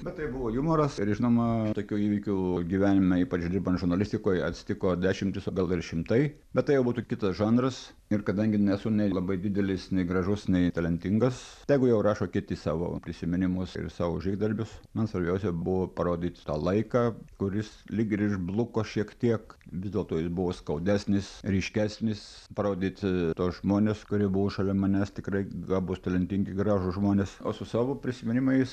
bet tai buvo jumoras ir žinoma tokių įvykių gyvenime ypač dirbant žurnalistikoj atsitiko dešimtys o gal ir šimtai bet tai jau būtų kitas žanras ir kadangi nesu nei labai didelis nei gražus nei talentingas tegu jau rašo kiti savo prisiminimus ir savo žygdarbius man svarbiausia buvo parodyti tą laiką kuris lyg ir išbluko šiek tiek vis dėlto jis buvo skaudesnis ryškesnis parodyti tuos žmones kurie buvo šalia manęs tikrai gabūs talentingi gražūs žmonės o su savo prisiminimais